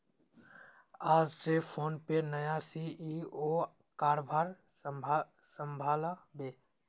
आइज स फोनपेर नया सी.ई.ओ कारभार संभला बे